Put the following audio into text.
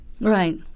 Right